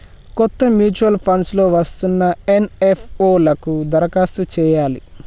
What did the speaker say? కొత్తగా mutual funds లో వస్తున్న ఎన్.ఎఫ్.ఓ లకు దరఖాస్తు చేయాలి